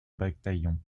bataillon